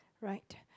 right